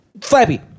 Flappy